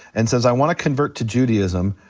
and says i wanna convert to judaism,